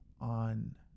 on